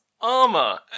armor